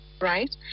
right